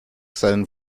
seinen